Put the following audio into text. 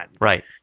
Right